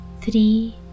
three